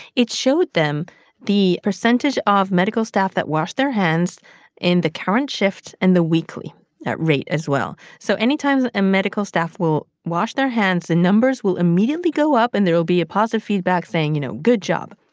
it showed them the percentage of medical staff that wash their hands in the current shift and the weekly rate as well. so anytime a ah medical staff will wash their hands, the numbers will immediately go up and there will be a positive feedback saying, you know, good job.